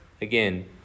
Again